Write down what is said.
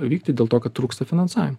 vykti dėl to kad trūksta finansavimo